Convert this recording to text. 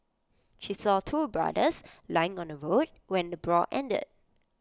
she saw two brothers lying on the ground when the brawl ended